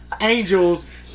angels